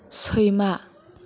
सैमा